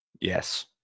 Yes